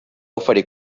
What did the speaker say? oferir